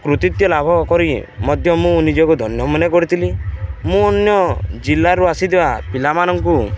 କୃତିତ୍ୱ ଲାଭ କରି ମଧ୍ୟ ମୁଁ ନିଜକୁ ଧନ୍ୟ ମନେ କରିଥିଲି ମୁଁ ଅନ୍ୟ ଜିଲ୍ଲାରୁ ଆସିଥିବା ପିଲାମାନଙ୍କୁ